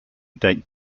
date